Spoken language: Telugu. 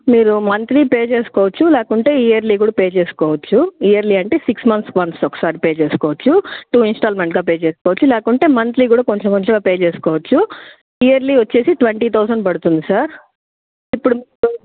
మీరు మంత్లీ పే చేసుకోవచ్చు లేకుంటే ఇయర్లీ కూడా పే చేసుకోవచ్చు ఇయర్లీ అంటే సిక్స్ మంత్స్కి ఒన్స్ ఒకసారి పే చేసుకోవచ్చు టూ ఇంస్టాల్మెంట్గా పే చేసుకోవచ్చు లేకుంటే మంత్లీ కూడా కొంచెం కొంచెంగా పే చేసుకోవచ్చు ఇయర్లీ వచ్చేసి ట్వంటీ థౌజండ్ పడుతుంది సార్ ఇప్పుడు